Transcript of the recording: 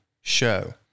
show